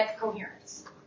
coherence